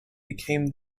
became